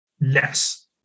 less